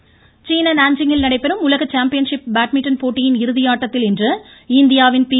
badminton சீன நாஞ்சிங்கில் நடைபெறும் உலக சாம்பியன்ஷிப் பேட்மிண்டன் போட்டியின் இறுதி ஆட்டத்தில் இன்று இந்தியாவின் பி